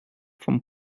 vom